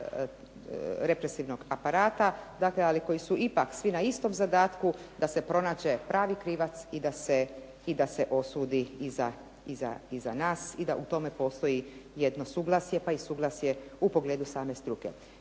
represivnog aparata, dakle, ali koji su ipak na istom zadatku da se pronađe pravi krivac, i da se osudi i za nas i da u tome postoji jedno suglasje i suglasje u pogledu same struke.